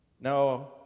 No